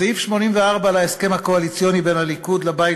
סעיף 84 להסכם הקואליציוני בין הליכוד לבית